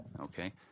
Okay